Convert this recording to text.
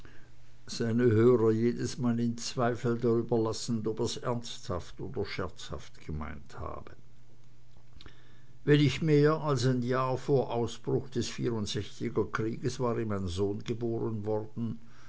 seine hörer jedesmal in zweifel darüber lassend ob er's ernsthaft oder scherzhaft gemeint habe wenig mehr als ein jahr vor ausbruch des vierundsechziger kriegs war ihm ein sohn geboren worden